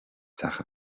teach